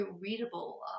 readable